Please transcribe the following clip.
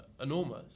enormous